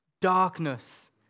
darkness